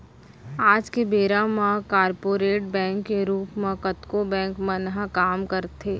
आज के बेरा म कॉरपोरेट बैंक के रूप म कतको बेंक मन ह काम करथे